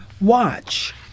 Watch